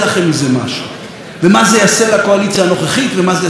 ומה זה יעשה לקואליציה הנוכחית ומה זה יעשה לקואליציה הבאה.